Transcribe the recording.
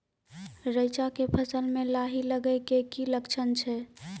रैचा के फसल मे लाही लगे के की लक्छण छै?